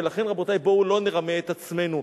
ולכן, רבותי, בואו לא נרמה את עצמנו.